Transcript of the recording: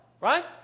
right